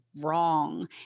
wrong